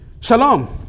shalom